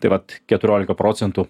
tai vat keturiolika procentų